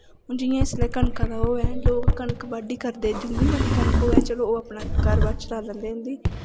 हून जियां इसलै कनका दा ओह् ऐ लोग कनक बाड्डी करदे जिंदी मती कनक होऐ चलो ओह् अपना घर बाह्र चलाई लैंदे उंदी